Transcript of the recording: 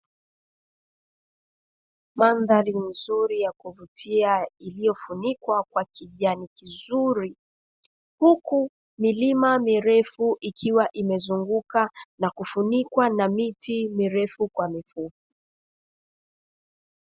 Mandhari nzuri ya kuvutia iliyofunikwa kwa kijani kizuri, huku milima mirefu ikiwa imezunguka na kufunikwa na miti mirefu kwa mifupi.